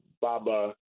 Baba